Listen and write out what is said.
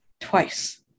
Twice